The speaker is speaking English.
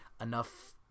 enough